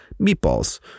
Meatballs